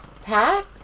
Pat